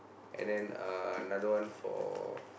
and then uh another one for